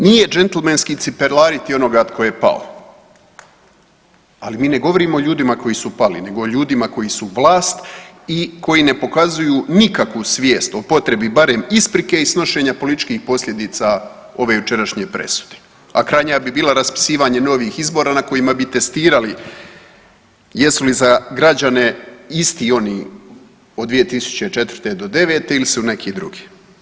Nije džentlmenski cipelariti onoga tko je pao, ali mi ne govorimo o ljudima koji su pali, nego o ljudima koji su vlast i koji ne pokazuju nikakvu svijest o potrebi barem isprike i snošenja političkih posljedica ove jučerašnje presude, a krajnja bi bila raspisivanje novih izbora na kojima bi testirali jesu li za građane isti oni od 2004.-2009. ili su neki drugi.